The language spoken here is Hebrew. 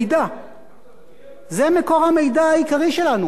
זה מקור המידע העיקרי שלנו, לעתים קרובות היחידי.